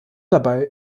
dabei